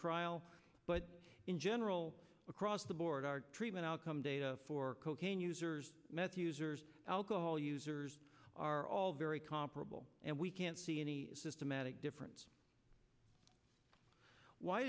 trial but in general across the board our treatment outcome data for cocaine users meth users alcohol users are all very comparable and we can't see any systematic difference why